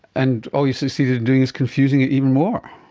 and all you succeeded in doing is confusing it even more.